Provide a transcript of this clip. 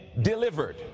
delivered